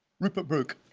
rupert brooke.